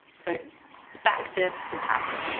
so back to the past